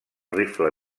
rifle